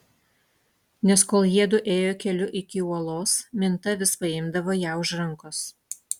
nes kol jiedu ėjo keliu iki uolos minta vis paimdavo ją už rankos